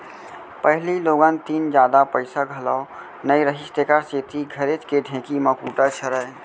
पहिली लोगन तीन जादा पइसा घलौ नइ रहिस तेकर सेती घरेच के ढेंकी म कूटय छरय